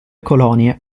colonie